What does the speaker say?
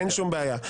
אין שום בעיה.